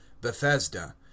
bethesda